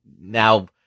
now